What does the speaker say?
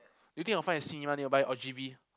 do you think I will find a cinema nearby or G_V